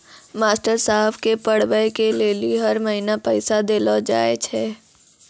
master साहेब के पढ़बै के लेली हर महीना पैसा देलो जाय छै